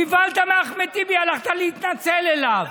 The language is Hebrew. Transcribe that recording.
נבהלת מאחמד טיבי, הלכת להתנצל בפניו.